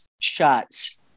shots